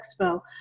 Expo